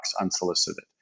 unsolicited